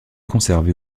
conservée